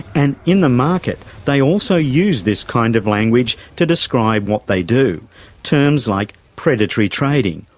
and in the market, they also use this kind of language to describe what they do terms like, predatory trading,